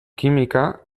kimika